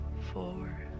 four